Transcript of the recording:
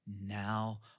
now